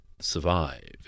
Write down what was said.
survive